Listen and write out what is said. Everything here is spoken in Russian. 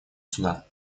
суда